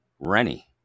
Rennie